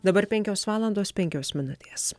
dabar penkios valandos penkios minutės